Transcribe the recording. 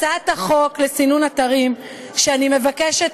הצעת החוק לסינון אתרים שאני מבקשת